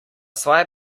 svoje